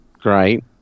great